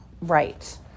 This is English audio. Right